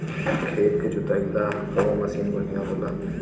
खेत के जोतईला कवन मसीन बढ़ियां होला?